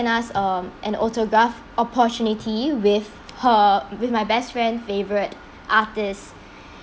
us um an autograph opportunity with her with my best friend's favorite artist